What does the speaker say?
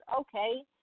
Okay